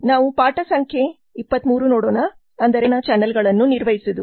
23 ಅಂದರೆ ಸೇವಾ ವಿತರಣಾ ಚಾನಲ್ಗಳನ್ನು ನಿರ್ವಹಿಸುವುದು